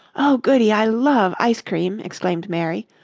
oh, goody, i love ice-cream! exclaimed mary.